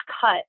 cut